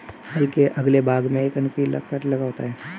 हल के अगले भाग में एक नुकीला फर लगा होता है